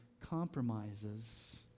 compromises